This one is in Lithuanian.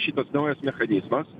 šitas naujas mechanizmas